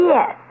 Yes